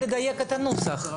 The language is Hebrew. לדייק את הנוסח.